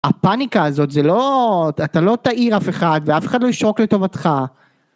הפניקה הזאת זה לא... אתה לא תעיר אף אחד, ואף אחד לא ישרוק לטובתך.